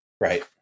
Right